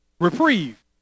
Reprieve